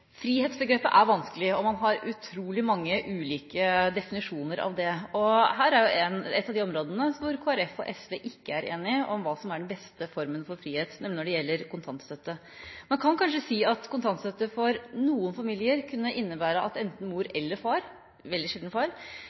Frihetsbegrepet er vanskelig, og man har utrolig mange ulike definisjoner på det. Og ett av de områdene der Kristelig Folkeparti og SV ikke er enige om hva som er den beste formen for frihet, gjelder nettopp kontantstøtten. Man kan kanskje si at kontantstøtte for noen familier gir enten mor eller far – veldig sjelden far